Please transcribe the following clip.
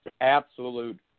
absolute